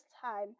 time